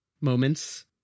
moments